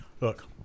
Look